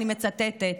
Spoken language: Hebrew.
אני מצטטת,